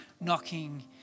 knocking